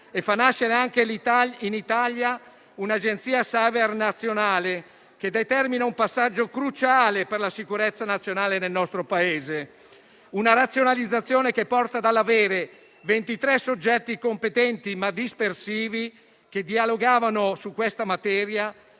e fa nascere anche in Italia un'Agenzia *cyber* nazionale, che determina un passaggio cruciale per la sicurezza nazionale nel nostro Paese. Tale razionalizzazione porta ad avere da ventitré soggetti competenti, ma dispersivi, che dialogavano su questa materia,